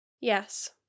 Yes